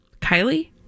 Kylie